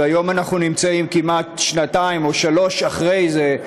והיום אנחנו נמצאים כמעט שנתיים או שלוש אחרי זה,